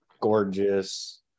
gorgeous